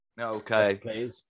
Okay